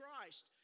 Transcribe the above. Christ